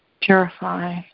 Purify